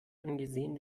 angesehen